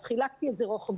אז חילקתי את זה רוחבית.